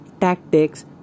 TACTICS